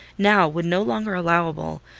now, when no longer allowable,